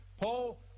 Paul